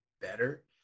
better